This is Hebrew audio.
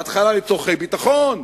בהתחלה לצורכי ביטחון,